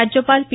राज्यपाल पी